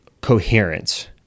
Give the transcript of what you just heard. coherence